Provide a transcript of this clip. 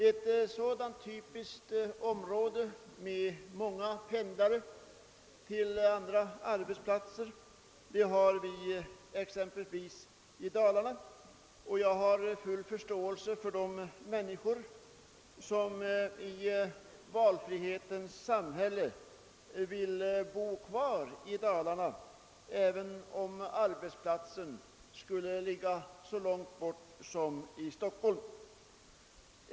Ett sådant typiskt område med många pendlare till andra arbetsplatser har vi exempelvis i Dalarna. Jag har full förståelse för de människor som i valfrihetens samhälle vill bo kvar i Dalarna, även om arbetsplatsen skulle ligga så långt borta som i Stockholm.